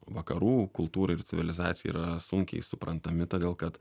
vakarų kultūrai ir civilizacijai yra sunkiai suprantami todėl kad